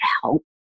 help